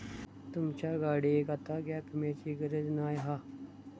तुमच्या गाडियेक आता गॅप विम्याची गरज नाय हा